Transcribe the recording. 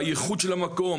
בייחוד של המקום,